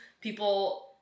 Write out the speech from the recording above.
people